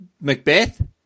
Macbeth